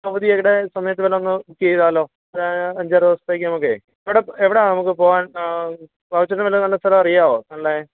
അവധിയുടെ സമയത്ത് വല്ലതും ഒന്ന് ചെയ്താലോ അഞ്ചാറ് ദിസത്തേക്ക് നമുക്കേ ഇവിടെ എവിടാ നമുക്ക് പോകാൻ ബാബു ചേട്ടന് വല്ല നല്ല സ്ഥലവും അറിയാവോ നല്ല